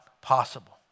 possible